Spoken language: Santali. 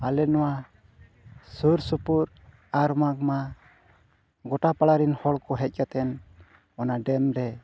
ᱟᱞᱮ ᱱᱚᱣᱟ ᱥᱩᱨᱼᱥᱩᱯᱩᱨ ᱟᱨ ᱵᱟᱝᱢᱟ ᱜᱳᱴᱟ ᱯᱟᱲᱟ ᱨᱮᱱ ᱦᱚᱲᱠᱚ ᱦᱮᱡ ᱠᱟᱛᱮᱫ ᱚᱱᱟ ᱨᱮ